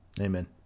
Amen